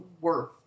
worth